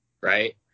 Right